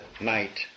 night